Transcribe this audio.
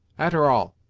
a'ter all,